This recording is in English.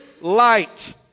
light